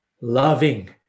loving